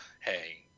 hey